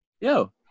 Yo